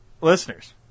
listeners